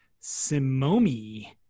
Simomi